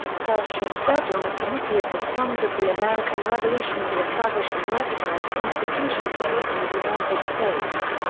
pershing served on a committee of the sons of the american revolution to establish and recognize constitution day in the united states.